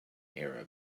arab